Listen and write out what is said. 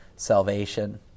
salvation